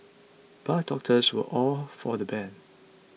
but doctors were all for the ban